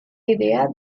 idea